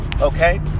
Okay